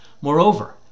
Moreover